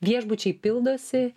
viešbučiai pildosi